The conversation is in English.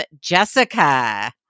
Jessica